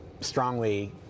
strongly